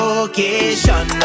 Location